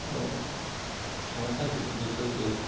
और हमेशा किसी दूसरे के